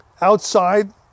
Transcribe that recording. outside